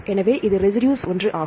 எனவே இது ரெசிடு ஒன்று ஆகும்